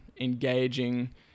engaging